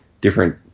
different